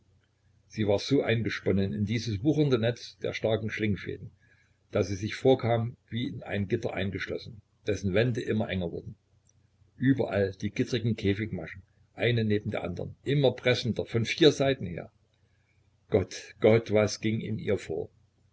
sie war so eingesponnen in dies wuchernde netz der starken schlingfäden daß sie sich vorkam wie in ein gitter eingeschlossen dessen wände immer enger wurden überall die gittrigen käfigmaschen eine neben der andern immer pressender von vier seiten her gott gott was ging in ihr vor